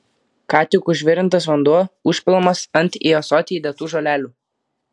ką tik užvirintas vanduo užpilamas ant į ąsotį įdėtų žolelių